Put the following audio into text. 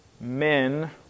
men